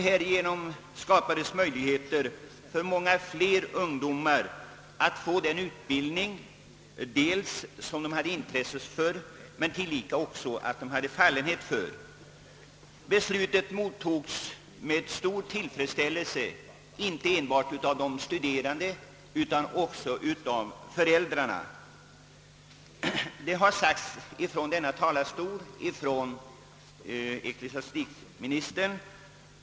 Det skapades möjligheter för många fler ungdomar att erhålla den utbildning för vilken de har intresse och fallenhet. Beslutet mottogs också med stor tillfredsställelse av såväl studerande som föräldrar. Ecklesiastikministern har nyss från talarstolen angivit hur han ser på frågan.